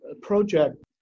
project